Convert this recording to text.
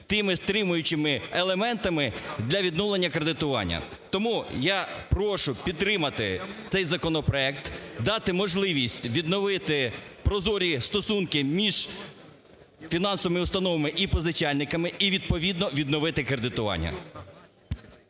тими стримуючими елементами для відновлення кредитування. Тому я прошу підтримати цей законопроект, дати можливість відновити прозорі стосунки між фінансовими установами і позичальниками і відповідно відновити кредитування.